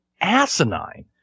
asinine